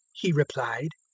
he replied,